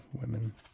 women